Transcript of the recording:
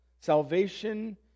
salvation